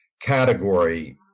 category